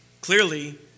clearly